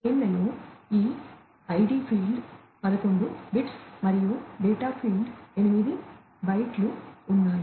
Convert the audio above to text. ఈ ఫ్రేమ్లలో ఈ ఐడి ఫీల్డ్ ఉన్నాయి